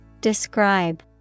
Describe